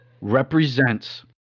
represents